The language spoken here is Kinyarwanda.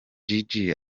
jiji